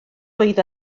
oedd